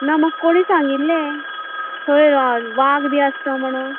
ना म्हाक कोणी सांगिल्लें थंय वाघ बी आसता म्हणो